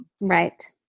Right